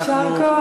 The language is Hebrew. יישר כוח,